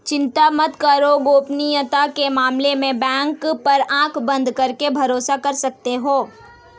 चिंता मत करो, गोपनीयता के मामले में बैंक पर आँख बंद करके भरोसा कर सकते हो